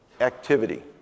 activity